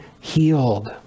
healed